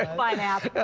like bye now.